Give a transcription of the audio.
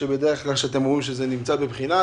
כשאתם אומרים שזה נמצא בבחינה,